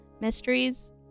mysteries